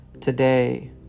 Today